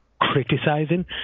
criticizing